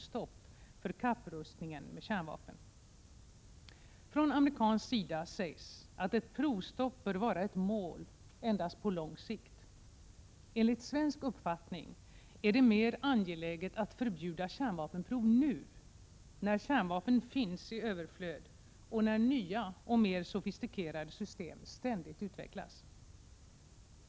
1986/87:45 stopp för kapprustningen med kärnvapen. 9 december 1986 Från amerikansk sida sägs att ett provstopp bör vara ett mål endast på lång sikt. Enligt svensk uppfattning är det mer angeläget att förbjuda kärnvapenprov nu — när kärnvapen finns i överflöd och när nya och mer sofistikerade system ständigt utvecklas.